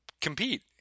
compete